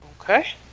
Okay